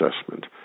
Assessment